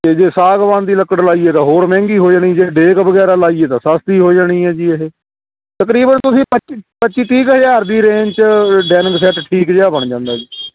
ਅਤੇ ਜੇ ਸਾਗਬਾਨ ਦੀ ਲੱਕੜ ਲਾਈਏ ਤਾਂ ਹੋਰ ਮਹਿੰਗੀ ਹੋ ਜਾਣੀ ਜੇ ਡੇਕ ਵਗੈਰਾ ਲਾਈਏ ਤਾਂ ਸਸਤੀ ਹੋ ਜਾਣੀ ਆ ਜੀ ਇਹ ਤਕਰੀਬਨ ਤੁਸੀਂ ਪੱਚੀ ਪੱਚੀ ਤੀਹ ਕੁ ਹਜ਼ਾਰ ਦੀ ਰੇਂਜ 'ਚ ਡਾਇਨਿੰਗ ਸੈੱਟ ਠੀਕ ਜਿਹਾ ਬਣ ਜਾਂਦਾ ਜੀ